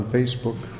Facebook